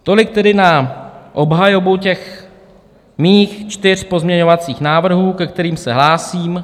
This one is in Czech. Tolik tedy na obhajobu těch mých čtyř pozměňovacích návrhů, ke kterým se hlásím.